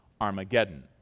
Armageddon